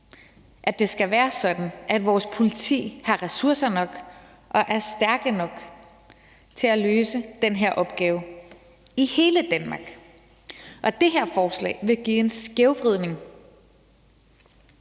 at det skal være sådan, at vores politi har ressourcer nok og er stærke nok til at løse den her opgave i hele Danmark, og det her forslag vil give en skævvridning.